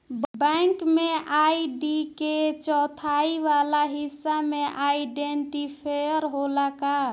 Bank में ID के चौथाई वाला हिस्सा में आइडेंटिफैएर होला का?